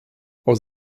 aus